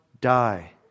die